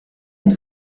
êtes